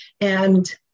and-